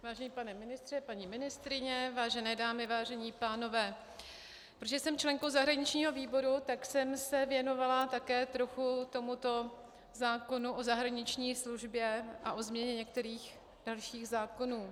Vážený pane ministře, paní ministryně, vážené dámy, vážení pánové, protože jsem členkou zahraničního výboru, tak jsem se věnovala také trochu tomuto zákonu o zahraniční službě a o změně některých dalších zákonů.